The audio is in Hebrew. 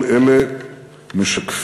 כל אלה משקפים